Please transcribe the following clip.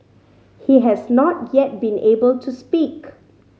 he has not yet been able to speak